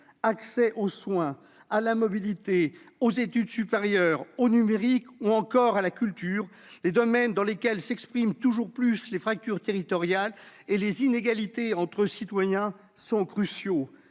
l'accès aux soins, à la mobilité, aux études supérieures, au numérique ou encore à la culture, les domaines dans lesquels les fractures territoriales et les inégalités entre citoyens s'expriment